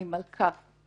אני מלכה.